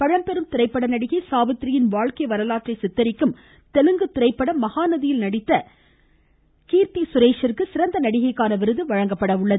பழம்பெரும் திரைப்பட நடிகை சாவித்திரியின் வாழ்க்கை வரலாற்றை சித்தரிக்கும் தெலுங்கு திரைப்படம் மகாநதியில் நடித்த கீர்த்தி சுரேஷிற்கு சிறந்த நடிகைக்கான விருது வழங்கப்பட உள்ளது